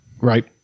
Right